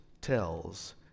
tells